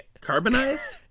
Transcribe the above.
Carbonized